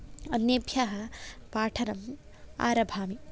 अन्येभ्यः पाठनम् आरभामि